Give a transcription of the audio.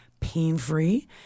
pain-free